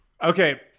Okay